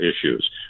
issues